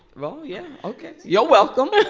well, yeah. ok. you're welcome